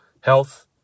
health